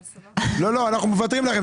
אבל זה לא --- לא, אנחנו מוותרים לכם.